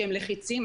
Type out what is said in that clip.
שהם לחיצים.